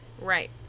Right